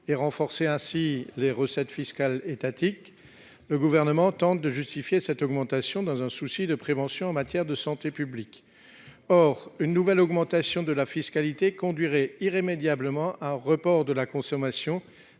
de renforcer ainsi les recettes fiscales étatiques, le Gouvernement tente de justifier l'augmentation de la fiscalité par un souci de prévention en matière de santé publique. Pourtant, cette nouvelle augmentation conduirait irrémédiablement à un report de la consommation